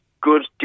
good